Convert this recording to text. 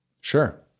Sure